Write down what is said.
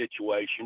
situation